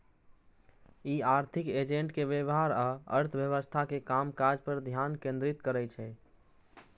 ई आर्थिक एजेंट के व्यवहार आ अर्थव्यवस्था के कामकाज पर ध्यान केंद्रित करै छै